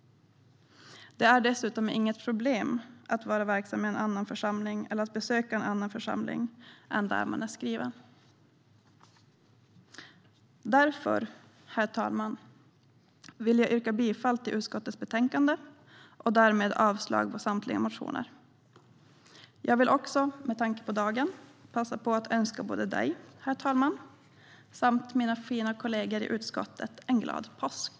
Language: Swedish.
Det är dessutom inget problem att vara verksam i en annan församling eller att besöka en annan församling än där man är skriven. Herr talman! Jag vill yrka bifall till förslaget i utskottets betänkande och avslag på samtliga motioner. Jag vill också, med tanke på vilken dag det är i dag, passa på att önska talmannen samt mina fina kollegor i utskottet en glad påsk.